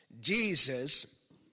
Jesus